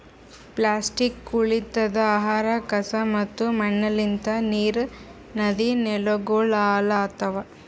plastic, ಕೊಳತಿದ್ ಆಹಾರ, ಕಸಾ ಮತ್ತ ಮಣ್ಣಲಿಂತ್ ನೀರ್, ನದಿ, ನೆಲಗೊಳ್ ಹಾಳ್ ಆತವ್